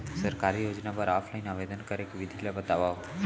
सरकारी योजना बर ऑफलाइन आवेदन करे के विधि ला बतावव